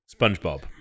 SpongeBob